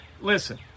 Listen